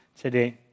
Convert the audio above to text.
today